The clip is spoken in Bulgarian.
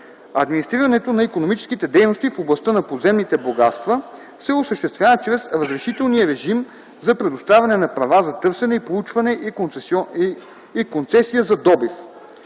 Администрирането на икономическите дейности в областта на подземните богатства се осъществява чрез разрешителния режим за предоставяне на права за търсене и проучване и концесия за добив.